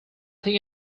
think